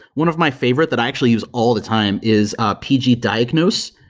one of my favorite that i actually use all the time is ah pg diagnose,